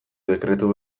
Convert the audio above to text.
dekretu